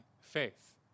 faith